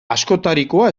askotarikoa